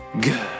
good